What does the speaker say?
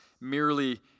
merely